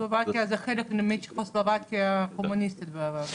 סלובקיה זה חלק מצ'כוסלובקיה הקומוניסטית בעבר.